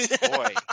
Boy